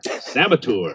Saboteur